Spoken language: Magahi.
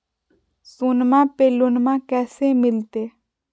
सोनमा पे लोनमा कैसे मिलते?